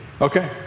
Okay